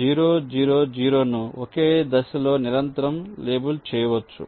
0 0 0 ను ఒకే దశలోనే నిరంతరం లేబుల్ చేయవచ్చు